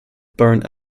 bourne